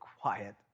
quiet